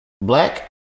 Black